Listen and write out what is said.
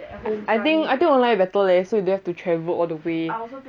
I think I think online better leh so you don't have to travel all the way